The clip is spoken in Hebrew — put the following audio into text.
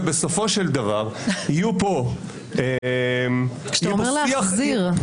בסופו של דבר יהיה פה שיח -- כשאתה אומר להחזיר,